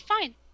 fine